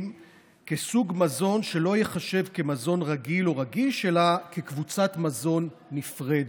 כסוג מזון שלא ייחשב מזון רגיל או רגיש אלא קבוצת מזון נפרדת.